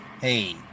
hey